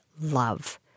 love